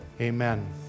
Amen